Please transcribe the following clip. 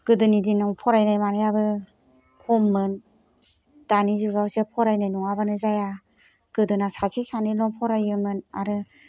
गोदोनि दिनाव फरायनाय मानायाबो खममोन दानि जुगावसो फरायनाय नङाबानो जाया गोदोना सासे सानैल' फरायोमोन आरो